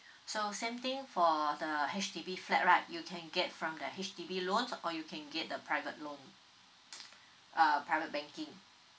so same thing for the H_D_B flat right you can get from the H_D_B loan or you can get the private loan uh private banking